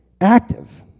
active